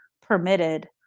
permitted